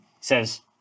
says